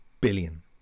billion